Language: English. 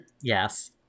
yes